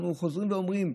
אנחנו חוזרים ואומרים: